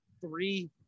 three